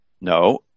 No